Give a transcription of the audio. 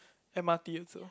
M_R_T also